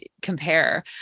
compare